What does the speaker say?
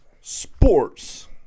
sports